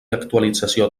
actualització